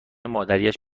مادریاش